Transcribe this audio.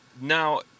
Now